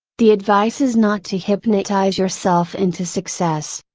the advice is not to hypnotize yourself into success.